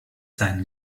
seinen